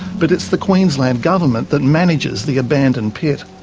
but it's the queensland government that manages the abandoned pit.